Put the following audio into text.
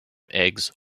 eggs